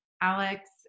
alex